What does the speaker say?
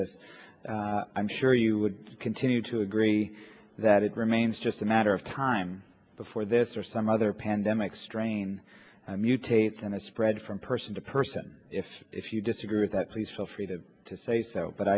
that i'm sure you would continue to agree that it remains just a matter of time before this or some other pandemic strain mutates and is spread from person to person if if you disagree with that please feel free to to say so but